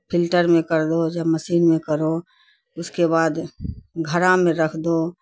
filter میں کر دو جب مسین میں کرو اس کے بعد گھڑا میں رکھ دو